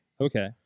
Okay